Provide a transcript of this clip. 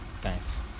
Thanks